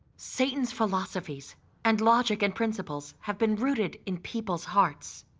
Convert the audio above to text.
satan's philosophies and logic and principles have been rooted in people's hearts,